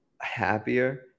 happier